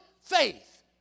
faith